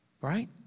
Right